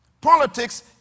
Politics